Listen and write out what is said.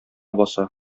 баса